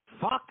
Fuck